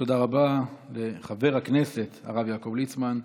תודה רבה לחבר הכנסת הרב יעקב ליצמן.